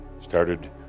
started